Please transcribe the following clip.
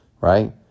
right